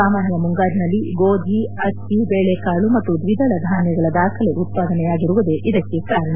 ಸಾಮಾನ್ಯ ಮುಂಗಾರಿನಲ್ಲಿ ಗೋಧಿ ಅಕ್ಕಿ ಬೇಳೆಕಾಳು ಮತ್ತು ದ್ವಿದಳ ಧಾನ್ಯಗಳ ದಾಖಲೆ ಉತ್ಪಾದನೆಯಾಗಿರುವುದೇ ಇದಕ್ಕೆ ಕಾರಣ